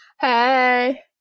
Hey